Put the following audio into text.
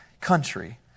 country